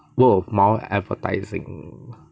word of mouth advertising